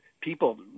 people